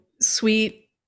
sweet